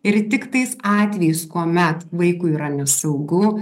ir tik tais atvejais kuomet vaikui yra nesaugu